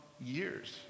years